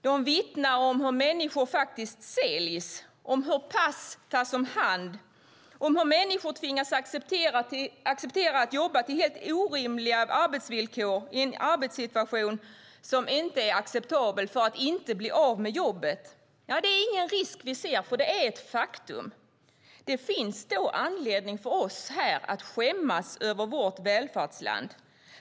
De vittnar om hur människor faktiskt säljs, om hur pass tas om hand och om hur människor tvingas acceptera att jobba under helt orimliga arbetsvillkor i en arbetssituation som inte är acceptabel för att inte bli av med jobbet. Ja, det är ingen risk vi ser. Det är ett faktum. Det finns då anledning för oss här att skämmas över vårt välfärdsland.